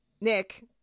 Nick